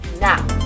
now